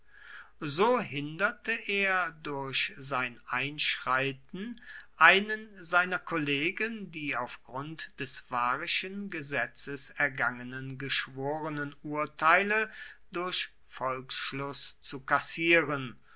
so hinderte er durch sein einschreiten einen seiner kollegen die auf grund des varischen gesetzes ergangenen geschworenenurteile durch volksschluß zu kassieren